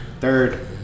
Third